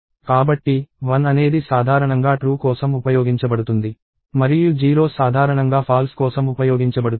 కాబట్టి 1 అనేది సాధారణంగా ట్రూ కోసం ఉపయోగించబడుతుంది మరియు 0 సాధారణంగా ఫాల్స్ కోసం ఉపయోగించబడుతుంది